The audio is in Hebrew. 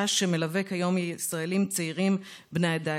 שמלווה כיום ישראלים צעירים בני העדה האתיופית.